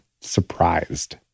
surprised